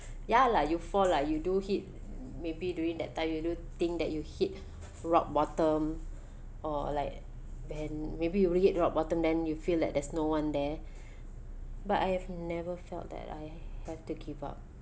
ya lah you fall lah you do hit maybe during that time you do think that you hit rock bottom or like when maybe you will hit rock bottom then you feel that there's no one there but I have never felt that I have to give up